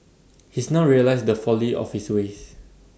he's now realised the folly of his ways